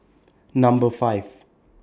Number five